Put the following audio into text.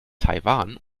taiwan